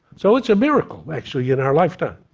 so it's a miracle, actually, in our lifetime.